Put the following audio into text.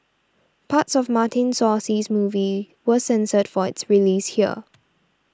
parts of Martin Scorsese's movie was censored for its release here